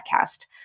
podcast